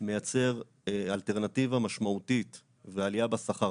מייצר אלטרנטיבה משמעותית ועלייה בשכר.